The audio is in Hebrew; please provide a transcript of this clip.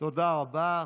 תודה רבה.